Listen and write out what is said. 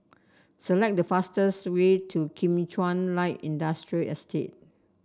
select the fastest way to Kim Chuan Light Industrial Estate